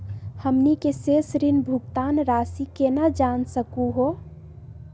हमनी के शेष ऋण भुगतान रासी केना जान सकू हो?